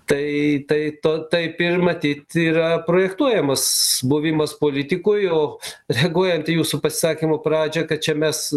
tai tai to taip ir matyt yra projektuojamas buvimas politikoj o reaguojant į jūsų pasisakymo pradžią kad čia mes